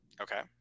Okay